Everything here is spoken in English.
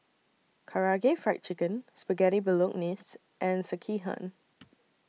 Karaage Fried Chicken Spaghetti Bolognese and Sekihan